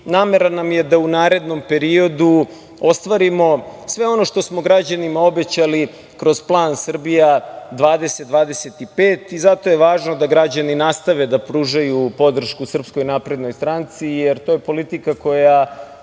namera nam je da u narednom periodu ostvarimo sve ono što smo građanima obećali kroz plan Srbija 2025 i zato je važno da građani nastave da pružaju podršku SNS, jer to je politika koja